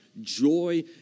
joy